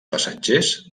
passatgers